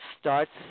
starts